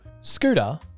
scooter